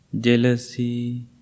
jealousy